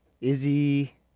Izzy